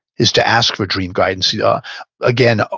is to ask for dream guidance yeah again, ah